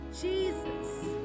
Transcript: jesus